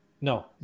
No